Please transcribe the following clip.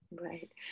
Right